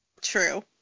True